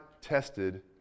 tested